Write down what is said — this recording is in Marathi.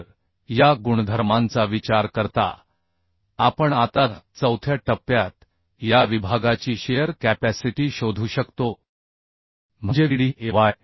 तर या गुणधर्मांचा विचार करता आपण आता चौथ्या टप्प्यात या विभागाची श कॅपॅसिटी शोधू शकतो म्हणजे Vd ही Fy